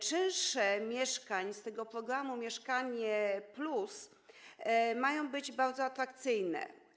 Czynsze mieszkań w ramach tego programu „Mieszkanie+” mają być bardzo atrakcyjne.